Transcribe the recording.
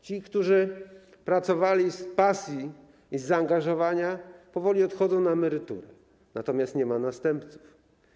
Ci, którzy pracowali z pasji i zaangażowania, powoli odchodzą na emeryturę, natomiast nie ma następców.